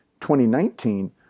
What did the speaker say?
2019